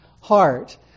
heart